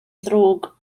ddrwg